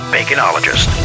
Baconologist